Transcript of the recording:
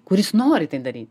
kuris nori tai daryt